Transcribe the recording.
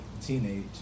teenage